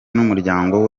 n’umuryango